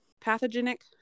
pathogenic